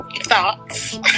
Thoughts